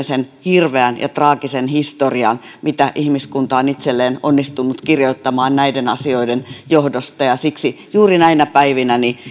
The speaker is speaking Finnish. sen hirveän ja traagisen historian mitä ihmiskunta on itselleen onnistunut kirjoittamaan näiden asioiden johdosta ja siksi juuri näinä päivinä